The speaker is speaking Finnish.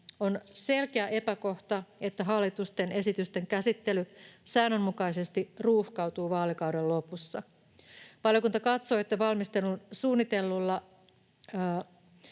on selkeä epäkohta, että hallituksen esitysten käsittely säännönmukaisesti ruuhkautuu vaalikauden lopussa. Valiokunta katsoo, että valmistelun suunnittelulla